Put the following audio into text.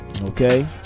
Okay